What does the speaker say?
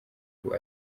ubu